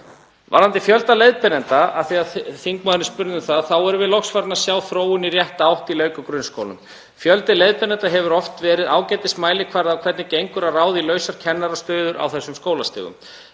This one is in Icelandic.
Varðandi fjölda leiðbeinenda, af því að þingmaðurinn spurði um það, þá erum við loks farin að sjá þróun í rétta átt í leik- og grunnskólum. Fjöldi leiðbeinenda hefur oft verið ágætismælikvarði á hvernig gengur að ráða í lausar kennarastöður á þessum skólastigum.